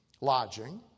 lodging